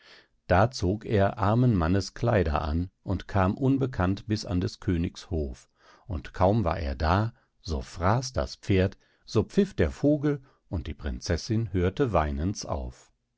da zog er armen mannes kleider an und kam unbekannt bis an des königs hof und kaum war er da so fraß das pferd so pfiff der vogel und die prinzessin hörte weinens auf